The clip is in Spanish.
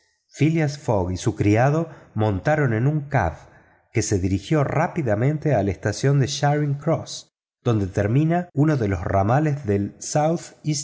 phileas fogg y su criado montaron en un cab que se dirigía rápidamente a la estación de charing cross donde termina uno de los ramales del